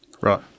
Right